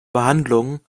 behandlung